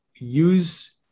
use